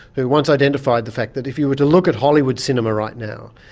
who once identified the fact that if you were to look at hollywood cinema right now,